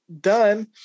Done